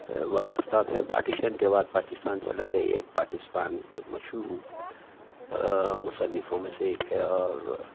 وابستہ تھے پارٹیشن کے بعد پاکستان چلے گئے ایک پاکستان کے مشہور مصنفوں میں سے ایک ہے اور